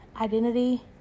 identity